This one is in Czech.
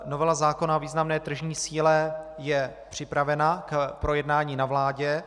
Novela zákona o významné tržní síle je připravena k projednání na vládě.